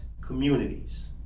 communities